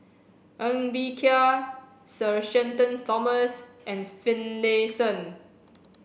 Ng Bee Kia Sir Shenton Thomas and Finlayson